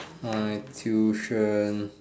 my tuition